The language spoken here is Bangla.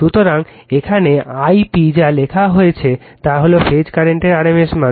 সুতরাং এখানে I p যা লেখা হয়েছে তা হল ফেজ কারেন্টের rms মান